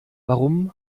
warum